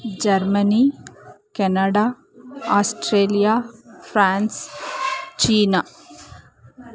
Germany Canada Australia France China